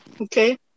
Okay